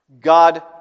God